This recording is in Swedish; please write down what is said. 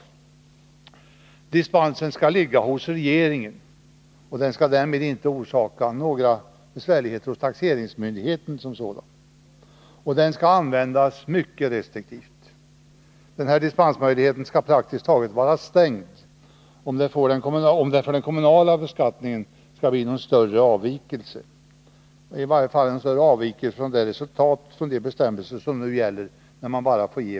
Möjligheten att ge dispens skall ligga hos regeringen, och den skall därmed inte orsaka några besvärligheter hos taxeringsmyndigheterna. Dispensmöjligheten skall användas mycket restriktivt och praktiskt taget vara stängd om det vid den kommunala beskattningen skulle bli någon större avvikelse jämfört med resultatet vid direktbiarag.